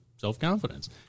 Self-confidence